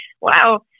Wow